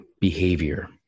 behavior